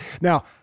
Now